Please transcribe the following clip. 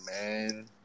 man